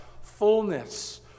fullness